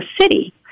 City